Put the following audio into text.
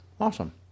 Awesome